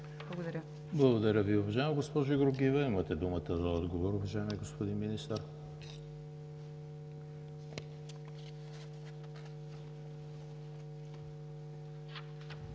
Благодаря Ви, уважаема госпожо Георгиева. Имате думата за отговор, уважаеми господин Министър.